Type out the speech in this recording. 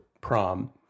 prom